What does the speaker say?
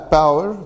power